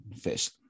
fish